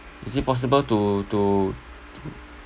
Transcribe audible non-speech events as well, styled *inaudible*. is it possible to to *noise*